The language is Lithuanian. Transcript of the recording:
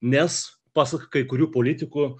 nes pasak kai kurių politikų